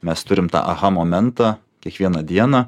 mes turim tą aha momentą kiekvieną dieną